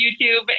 YouTube